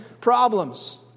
problems